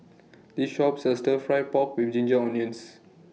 This Shop sells Stir Fry Pork with Ginger Onions